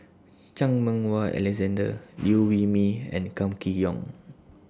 Chan Meng Wah Alexander Liew Wee Mee and Kam Kee Yong